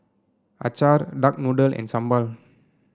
Acar Duck Noodle and Sambal